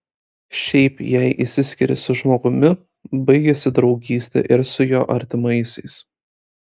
šiaip jei išsiskiri su žmogumi baigiasi draugystė ir su jo artimaisiais